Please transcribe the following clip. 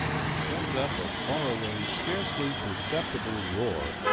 and sends up a far-away, scarcely perceptible roar,